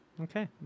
Okay